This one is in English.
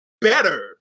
better